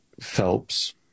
Phelps